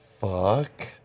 fuck